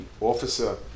officer